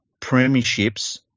premierships